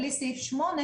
בלי סעיף 8,